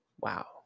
Wow